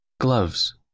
Gloves